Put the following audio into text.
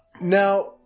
Now